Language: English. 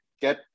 get